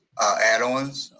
add ons,